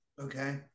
Okay